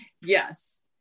Yes